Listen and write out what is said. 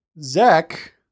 Zach